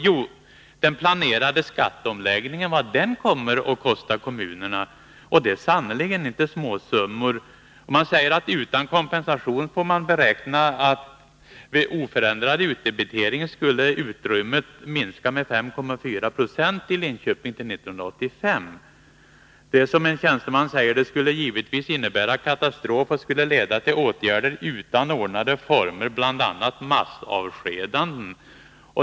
Jo, vad den planerade skatteomläggningen kommer att kosta kommunerna. Det är sannerligen inte fråga om några småsummor. Det sägs att utan kompensation får man beräkna att utrymmet vid oförändrad utdebitering skulle minska med 5,4 90 i Linköping fram till 1985. Det skulle, som en tjänsteman sagt, givetvis innebära katastrof, och det skulle leda till åtgärder i icke ordnade former, bl.a. massavskedanden.